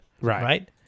Right